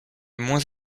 moins